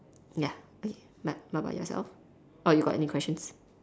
ya okay what about yourself or you got any questions